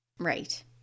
Right